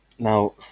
Now